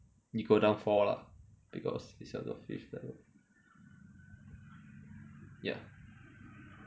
need go down four lah because it's on the fifth level ya